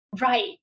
right